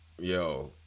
yo